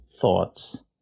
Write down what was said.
thoughts